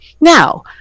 Now